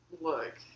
look